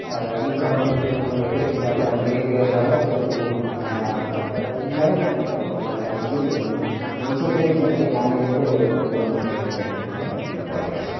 ई कहब जे कोनो एके किताब पर हम बेर बेर रहब त ओ हम नहि ओना रखै छी लेकिन मुंशी प्रेमचंद के कहानी जते बेर पढू हम ओतेक बेर हम ओकरा पढ़ै छी